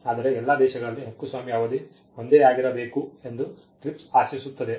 ಆದರೆ ಎಲ್ಲ ದೇಶಗಳಲ್ಲಿ ಹಕ್ಕುಸ್ವಾಮ್ಯ ಅವಧಿ ಒಂದೇ ಆಗಿರಬೇಕು ಎಂದು TRIPS ಆಶಿಸುತ್ತದೆ